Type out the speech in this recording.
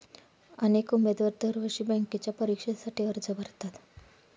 अनेक उमेदवार दरवर्षी बँकेच्या परीक्षेसाठी अर्ज भरतात